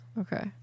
Okay